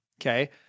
Okay